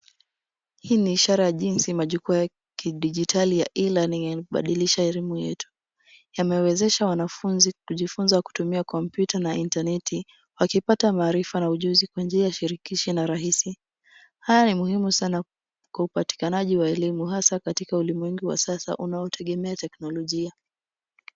Hii ni ishara ya jinsi ya majukwaa ya kidijitali ya e learning yamebadilisha elimu yetu. Yamewezesha wanafunzi kujifunza kutumia komputa na internet wakipata maarifa na ujuzi kwa njia shirikishi na rahisi haya ni muhimu sana kwa upatikanaji wa elimu. Hasa katika ulimwengu wa sasa unaotegemea teknolojia.